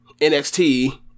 NXT